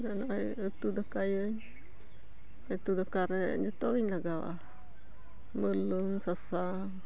ᱩᱛᱩ ᱫᱟᱠᱟᱭᱟᱹᱧ ᱩᱛᱩ ᱫᱟᱠᱟ ᱨᱮ ᱡᱚᱛᱚ ᱜᱮᱧ ᱞᱟᱜᱟᱣᱟᱜᱼᱟ ᱵᱩᱞᱩᱝ ᱥᱟᱥᱟᱝ